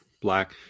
black